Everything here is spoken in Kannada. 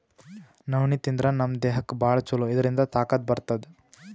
ನವಣಿ ತಿಂದ್ರ್ ನಮ್ ದೇಹಕ್ಕ್ ಭಾಳ್ ಛಲೋ ಇದ್ರಿಂದ್ ತಾಕತ್ ಬರ್ತದ್